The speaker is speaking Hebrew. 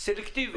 ערכים סלקטיביים.